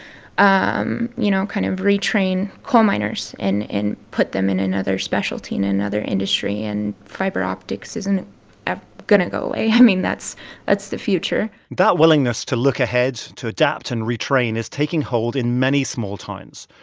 um you know, kind of retrain coal miners and put them in another specialty in another industry. and fiber optics isn't ah going to go away. i mean, that's that's the future that willingness to look ahead, to adapt and retrain is taking hold in many small towns.